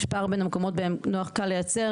יש פער בין המקומות שבהם נוח וקל לייצר